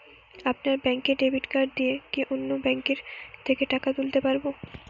আপনার ব্যাংকের debit card দিয়ে কি অন্য ব্যাংকের থেকে টাকা তুলতে পারবো?